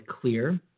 clear